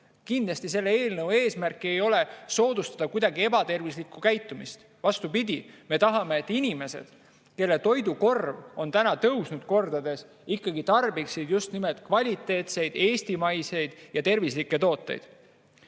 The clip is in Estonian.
puhul. Selle eelnõu eesmärk ei ole soodustada ebatervislikku käitumist. Vastupidi, me tahame, et inimesed, kelle toidukorvi [hind] on tõusnud kordades, tarbiksid just nimelt kvaliteetseid, eestimaiseid ja tervislikke tooteid. Kasvanud